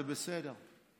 זה בסדר,